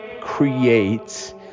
creates